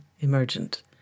emergent